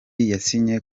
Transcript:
yasinye